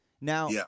Now